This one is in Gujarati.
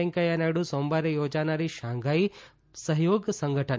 વેંકૈથા નાયડુ સોમવારે થોજાનારી શાંઘાઇ સહયોગ સંગઠન